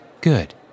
Good